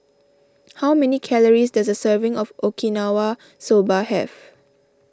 how many calories does a serving of Okinawa Soba have